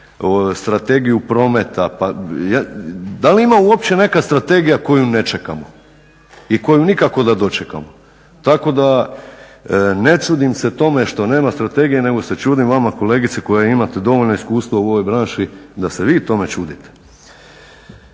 strategiju prometa. Da li ima uopće neka strategija koju ne čekamo i koju nikako da dočekamo? Tako da ne čudim se tome što nema strategije nego se čudim vama kolegice koja imate dovoljno iskustva u ovoj branši da se vi tome čudite.